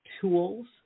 tools